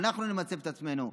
אנחנו נמצב את עצמנו.